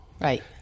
right